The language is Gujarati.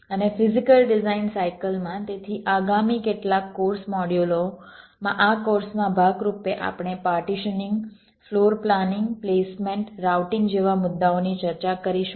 અને ફિઝીકલ ડિઝાઇન સાઇકલમાં તેથી આગામી કેટલાક કોર્સ મોડ્યુલોમાં આ કોર્સના ભાગ રૂપે આપણે partitioning floor planning placement routing જેવા મુદ્દાઓની ચર્ચા કરીશું